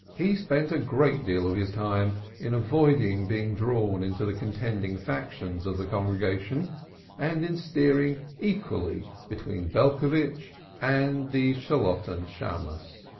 he spent a great deal of his time in avoiding being drawn into the contending factions of the congregation and in steering equally between belcovitch and the shalotten shammos.